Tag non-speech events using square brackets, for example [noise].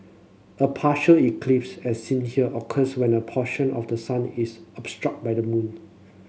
a partial eclipse as seen here occurs when a portion of the sun is [unintelligible] by the moon